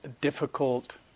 difficult